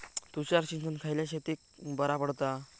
तुषार सिंचन खयल्या शेतीक बरा पडता?